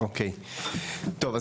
טוב,